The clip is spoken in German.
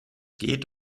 geht